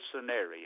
scenario